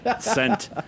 sent